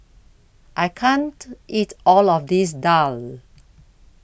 I can't eat All of This Daal